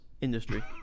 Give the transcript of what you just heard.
industry